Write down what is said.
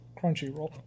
Crunchyroll